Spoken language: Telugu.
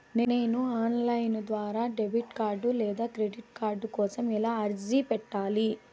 నేను ఆన్ లైను ద్వారా డెబిట్ కార్డు లేదా క్రెడిట్ కార్డు కోసం ఎలా అర్జీ పెట్టాలి?